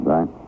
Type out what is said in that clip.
Right